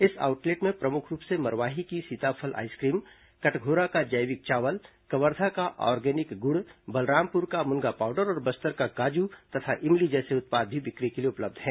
इस आउटलेट में प्रमुख रूप से मरवाही की सीताफल आईसक्रीम कटघोरा का जैविक चावल कवर्धा का ऑर्गेनिक गुड़ बलरामपुर का मुनगा पाउडर और बस्तर का काजू तथा इमली जैसे उत्पाद भी बिक्री के लिए उपलब्ध है